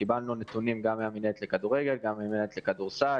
קיבלנו נתונים גם מהמנהלת לכדורגל וגם מהמנהלת לכדורסל.